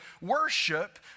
worship